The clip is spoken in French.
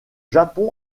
japon